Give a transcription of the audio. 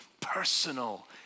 personal